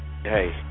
Hey